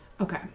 Okay